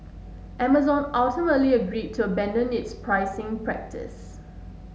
Amazon ultimately agreed to abandon its pricing practice